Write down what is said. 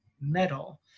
metal